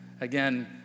again